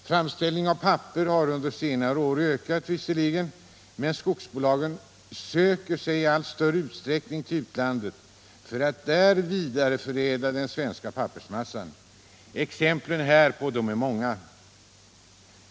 Framställning av papper har visserligen under senare år ökat, men skogsbolagen söker sig i allt större utsträckning till utlandet för att där vidareförädla den svenska pappersmassan. Exemplen härpå är många.